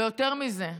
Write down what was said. ויותר מזה,